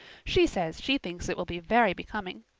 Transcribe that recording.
she says she thinks it will be very becoming.